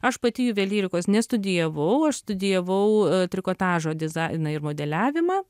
aš pati juvelyrikos nestudijavau aš studijavau trikotažo dizainą ir modeliavimą